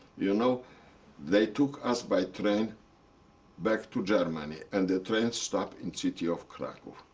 you know they took us by train back to germany. and the train stopped in city of krakow.